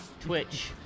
twitch